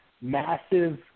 massive